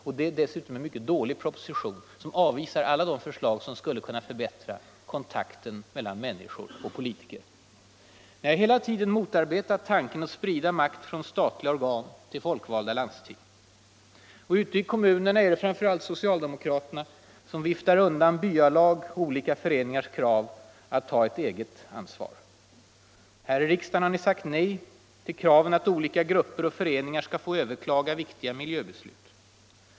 Det är dessutom en mycket dålig proposition, som avvisar förslag som skulle kunna förbättra kontakten mellan människor och politiker. Ni har hela tiden motarbetat tanken att sprida makt från statliga organ till folkvalda landsting. Ute i kommunerna är det framför allt socialdemokraterna som viftar undan byalags och föreningars krav att få ta ett eget ansvar. Här i riksdagen har ni sagt nej till kravet på att olika grupper och föreningar skall få överklaga viktiga miljöbeslut.